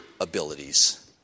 abilities